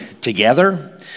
together